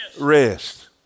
rest